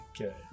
Okay